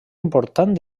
important